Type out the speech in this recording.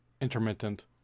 intermittent